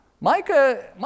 Micah